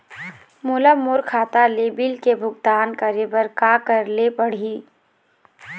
मोला मोर खाता ले बिल के भुगतान करे बर का करेले पड़ही ही?